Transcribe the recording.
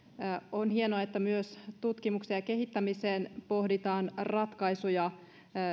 on hienoa että myös tutkimukseen ja kehittämiseen pohditaan ratkaisuja